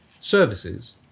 services